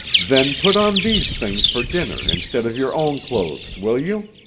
then, put on these things for dinner instead of your own clothes, will you?